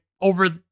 over